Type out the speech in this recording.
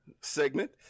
segment